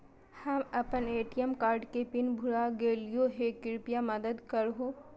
हम अप्पन ATM card के पिन भुला गेलिओ हे कृपया मदद कर हो